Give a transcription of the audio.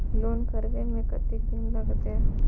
Loan करबे में कतेक दिन लागते?